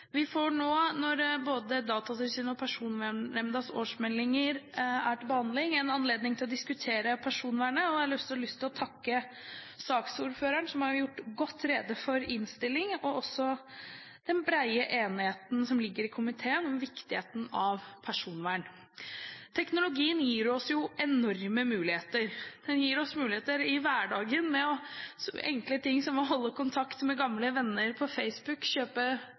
vi en anledning til å diskutere personvernet. Jeg har også lyst til å takke saksordføreren, som har gjort godt rede for innstillingen og for den brede enigheten i komiteen om viktigheten av personvern. Teknologien gir oss enorme muligheter. Den gir oss muligheter i hverdagen med så enkle ting som å holde kontakt med gamle venner på Facebook, kjøpe